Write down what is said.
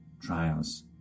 trials